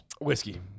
Whiskey